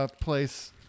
place